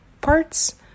parts